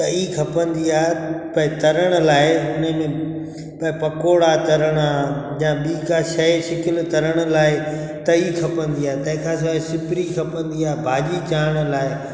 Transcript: तई खपंदी आहे भाई तरण लाइ हुनमें भई पकोड़ा तरण या बि का शइ छिकिलो तरण लाइ तई खपंदी आहे तंहिंखां सवाइ सिपरी खपंदी आहे भाॼी चाढ़ण लाइ